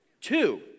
Two